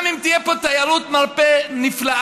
גם אם תהיה פה תיירות מרפא נפלאה,